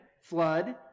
flood